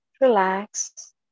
Relax